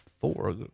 four